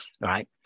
right